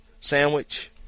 sandwich